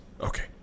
Okay